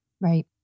Right